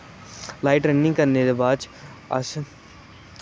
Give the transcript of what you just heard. light running करने दे बाद अस